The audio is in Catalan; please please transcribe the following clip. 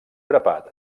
grapat